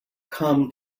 come